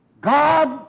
God